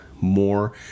more